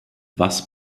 was